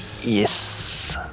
Yes